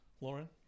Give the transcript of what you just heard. Lauren